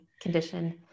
condition